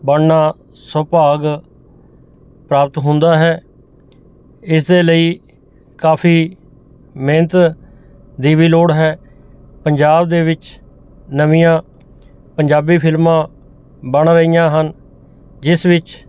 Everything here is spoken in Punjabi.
ਬਣਨਾ ਸੁਭਾਗ ਪ੍ਰਾਪਤ ਹੁੰਦਾ ਹੈ ਇਸਦੇ ਲਈ ਕਾਫੀ ਮਿਹਨਤ ਦੀ ਵੀ ਲੋੜ ਹੈ ਪੰਜਾਬ ਦੇ ਵਿੱਚ ਨਵੀਆਂ ਪੰਜਾਬੀ ਫਿਲਮਾਂ ਬਣ ਰਹੀਆਂ ਹਨ ਜਿਸ ਵਿੱਚ